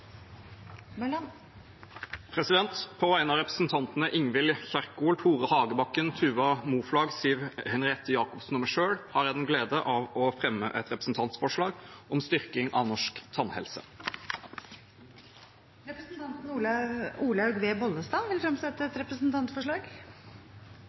representantforslag. På vegne av stortingsrepresentantene Ingvild Kjerkol, Tore Hagebakken, Tuva Moflag, Siv Henriette Jacobsen og meg selv har jeg gleden av å fremme et representantforslag om styrking av norsk tannhelse. Representanten Olaug V. Bollestad vil fremsette et